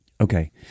Okay